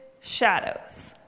shadows